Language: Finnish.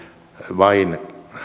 vain